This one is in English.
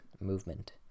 movement